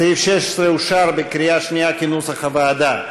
סעיף 16 אושר בקריאה שנייה, כנוסח הוועדה.